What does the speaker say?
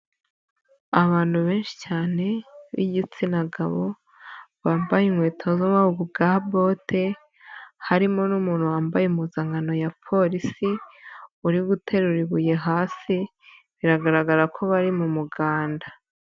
Abantu benshi cyane bigitsina gabo bambaye inkweto zo mu bwoko bwa bote harimo n'umuntu wambaye impuzankano ya Polisi uri guterura ibuye hasi biragaragara ko bari mu muganda.